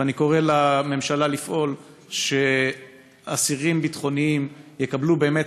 ואני קורא לממשלה לפעול שאסירים ביטחוניים יקבלו באמת